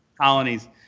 colonies